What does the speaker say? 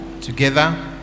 together